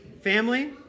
family